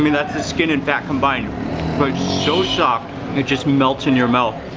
mean it's the skin and fat combined. but it's so soft it just melts in your mouth,